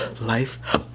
life